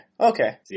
Okay